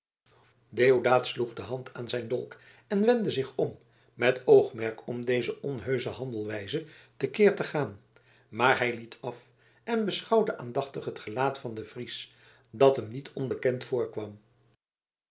deodaat sloeg de hand aan zijn dolk en wendde zich om met oogmerk om deze onheusche handelwijze te keer te gaan maar hij liet af en beschouwde aandachtig het gelaat van den fries dat hem niet onbekend voorkwam